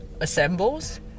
assembles